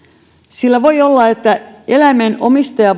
sillä voi olla että eläimen omistaja